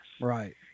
Right